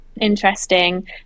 interesting